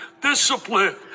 discipline